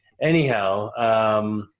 anyhow